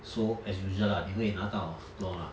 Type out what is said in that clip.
so as usual lah 你会拿到很多吗